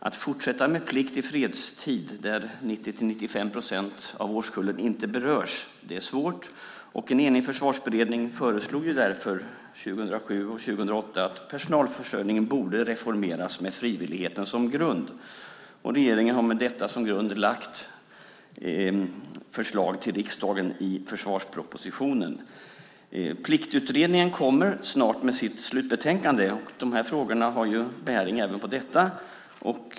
Att fortsätta med plikt i fredstid där 90-95 procent av årskullen inte berörs är svårt. En enig försvarsberedning föreslog därför 2007 och 2008 att personalförsörjningen borde reformeras med frivilligheten som grund. Regeringen har med detta som grund lagt fram förslag för riksdagen i försvarspropositionen. Pliktutredningen kommer snart med sitt slutbetänkande. De här frågorna har bäring även på detta.